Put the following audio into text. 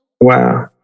Wow